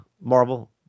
Marvel